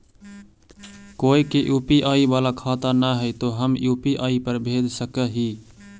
कोय के यु.पी.आई बाला खाता न है तो हम यु.पी.आई पर भेज सक ही?